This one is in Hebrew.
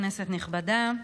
כנסת נכבדה,